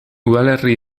udalerri